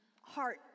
heart